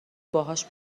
باهاش